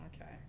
okay